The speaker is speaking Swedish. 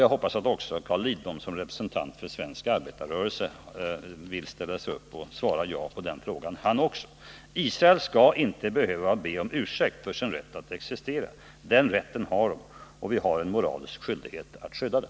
Jag hoppas att Carl Lidbom, som representant för svensk arbetarrörelse, också vill ställa sig upp och svara ja på den frågan. Israel skall inte behöva be om ursäkt för sin rätt att existera. Den rätten har Israel, och vi har en moralisk skyldighet att skydda den.